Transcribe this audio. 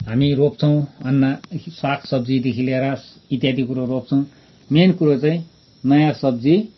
हामी रोप्छौँ अन्न सागसब्जीदेखि लिएर इत्यादि कुरो रोप्छौँ मेन कुरो चाहिँ नयाँ सब्जी